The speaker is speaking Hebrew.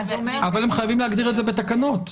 אבל הם חייבים להגדיר את זה בתקנות.